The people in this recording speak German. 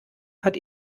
hat